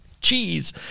Cheese